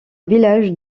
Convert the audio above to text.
village